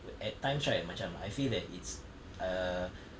wh~ at times right macam I feel that it's err